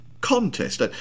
Contest